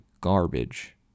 garbage